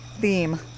theme